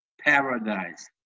paradise